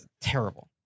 Terrible